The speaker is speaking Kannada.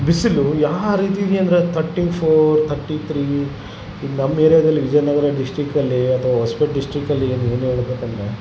ಬಿಸಿಲು ಯಾರೀತಿ ಇದೆ ಅಂದರೆ ತರ್ಟಿ ಫೋರ್ ತರ್ಟಿ ತ್ರೀ ಇನ್ನು ನಮ್ಮ ಏರಿಯಾದಲ್ಲಿ ವಿಜಯನಗರ ಡಿಸ್ಟಿಕಲ್ಲಿ ಅಥ್ವ ಹೊಸ್ಪೆಟೆ ಡಿಸ್ಟಿಕಲ್ಲಿ ಏನು ಏನು ಹೇಳಬೇಕಂದ್ರೆ